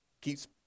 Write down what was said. Keeps